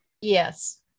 Yes